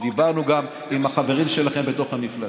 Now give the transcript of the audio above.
ודיברנו גם עם החברים שלכם בתוך המפלגה,